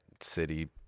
city